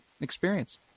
experience